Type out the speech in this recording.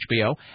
HBO